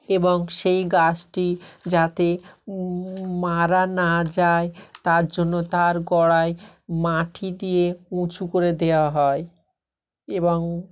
এবং সেই গাছটি যাতে মারা না যায় তার জন্য তার গোড়ায় মাটি দিয়ে উঁচু করে দেওয়া হয় এবং